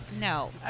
No